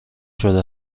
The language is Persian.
شده